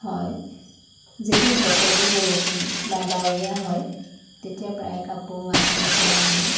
হয় যদি বতৰটো বৰষুণ বা দাৱৰীয়া হয় তেতিয়া প্ৰায় কাপোৰ ৱাশ্বিং মেচিনত দিওঁ